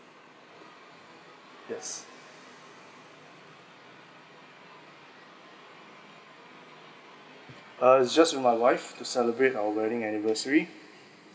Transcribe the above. yes uh just with my wife to celebrate our wedding anniversary